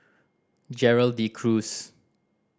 Gerald De Cruz